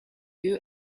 you